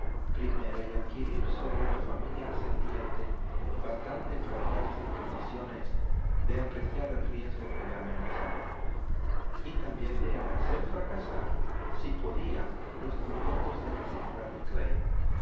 primera y adquirir sobre la familia ascendiente bastante para hallarse en condiciones de apreciar el riesgo que le amenazaba y de hacer fracasar si podía los proyectos de la señora de